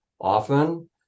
often